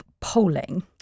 polling